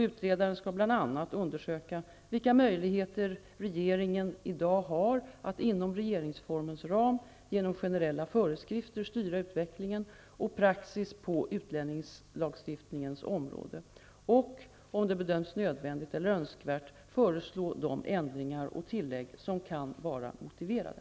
Utredaren skall bl.a. undersöka vilka möjligheter regeringen i dag har att -- inom regeringsformens ram -- genom generella föreskrifter styra utvecklingen och praxis på utlänningslagstiftningens område och -- om det bedöms nödvändigt eller önskvärt -- föreslå de ändringar och tillägg som kan vara motiverade.